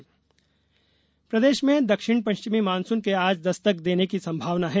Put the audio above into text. मौसम प्रदेश में दक्षिण पश्चिम मानसून के आज दस्तक देने की संभावना है